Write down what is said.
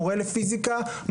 מורה לפיזיקה,